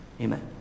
Amen